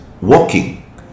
walking